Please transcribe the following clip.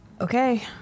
Okay